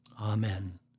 Amen